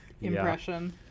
impression